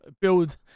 build